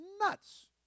nuts